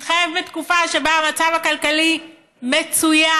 מתחייב בתקופה שבה המצב הכלכלי מצוין.